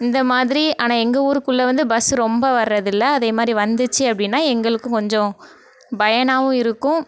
இந்தமாதிரி ஆனால் எங்கள் ஊருக்குள்ளே வந்து பஸ்ஸு ரொம்ப வர்றதில்லை அதேமாதிரி வந்துச்சு அப்படின்னா எங்களுக்கு கொஞ்சம் பயனாகவும் இருக்கும்